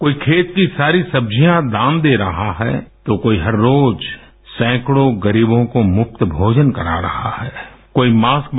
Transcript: कोई खेत की सारी सब्जियाँ दान दे रहा हैए तो कोई हर रोज सैंकड़ों गरीबों को मुफ्त भोजन करा रहा हैए कोई जें